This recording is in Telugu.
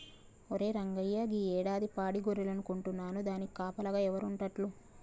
ఒరే రంగయ్య గీ యాడాది పాడి గొర్రెలను కొంటున్నాను దానికి కాపలాగా ఎవరు ఉంటాల్లు